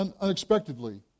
unexpectedly